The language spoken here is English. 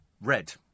red